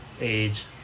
age